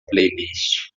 playlist